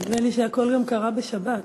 בבקשה.